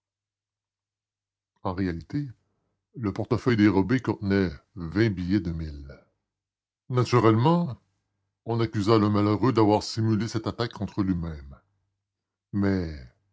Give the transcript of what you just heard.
en réalité le portefeuille dérobé contenait vingt billets de mille naturellement on accusa le malheureux d'avoir simulé cette attaque contre lui-même mais